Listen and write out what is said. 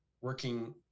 working